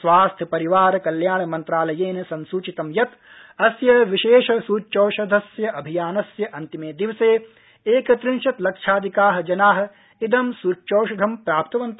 स्वास्थ्य परिवार कल्याण मन्त्रालयेन संसुचितं यत् अस्य विशेष सुच्यौषधस्य अभियानस्य अन्तिमे दिवसे एकत्रिंशत् लक्षाधिका जना इदं सुच्यौषधं प्राप्तवन्त